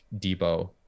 Debo